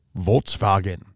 Volkswagen